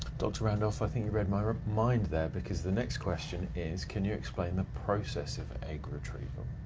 dr. randolph, i think you read my mind there, because the next question is, can you explain the process of egg retrieval?